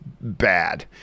bad